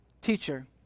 teacher